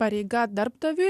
pareiga darbdaviui